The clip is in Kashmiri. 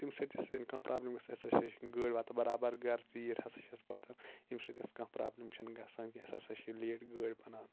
تَمہِ سٍتۍ ہَسا چھِنہٕ کانٛہہ پرٛابلِم گَژھان اَسہِ ہَسا چھِ گٲڑۍ واتاں بَرابَر گَرٕ ژِیرۍ ہَسا چھِ أسۍ واتان ییٚمہِ سٍتۍ اَسہِ کانٛہہ پرٛابلِم چھِنہٕ گَژھان کیٚنٛہہ اَسہِ ہَسا چھِ لیٹ گٲڑۍ بَنان